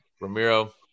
Ramiro